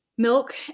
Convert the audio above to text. Milk